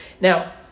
Now